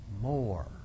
more